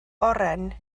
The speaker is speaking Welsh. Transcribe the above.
oren